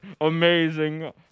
amazing